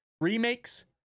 remakes